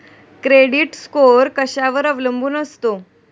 Credit score कशावर अवलंबून असतो?